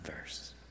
verse